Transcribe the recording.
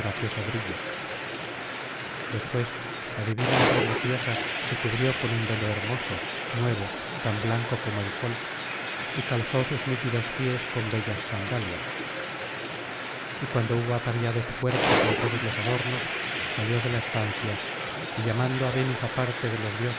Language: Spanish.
brillo después la divina entre las diosas se cubrió con un velo hermoso nuevo tan blanco como el sol y calzó sus nítidos pies con bellas sandalias y cuando hubo ataviado su cuerpo con todos los adornos salió de la estancia y llamando á venus aparte de los dioses